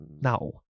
Now